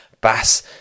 Bass